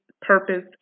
purpose